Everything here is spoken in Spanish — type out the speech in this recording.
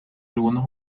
algunos